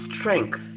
strength